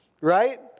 Right